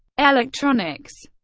electronics